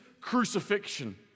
crucifixion